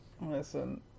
listen